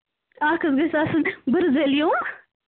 اکھ حظ گَژھِ آسٕنۍ بُرٕزٔلۍ ہیٚو